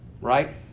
Right